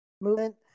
Movement